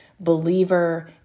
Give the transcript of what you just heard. believer